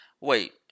Wait